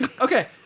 Okay